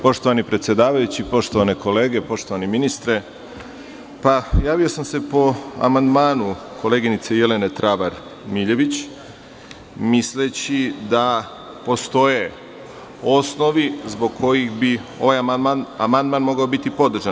Poštovani predsedavajući, poštovane kolege, poštovani ministre, javio sam se po amandmanu koleginice Jelene Travar Miljević, misleći da postoje osnovi zbog kojih bi ovaj amandman mogao biti podržan.